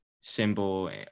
symbol